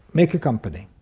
make a company.